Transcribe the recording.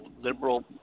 liberal